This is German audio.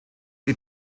die